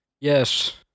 Yes